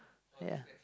yeah